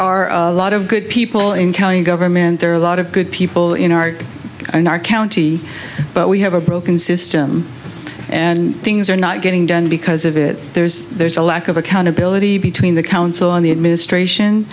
are a lot of good people in county government there are a lot of good people in our in our county but we have a broken system and things are not getting done because of it there's there's a lack of accountability between the council on the administration